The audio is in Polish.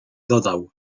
dodał